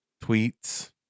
tweets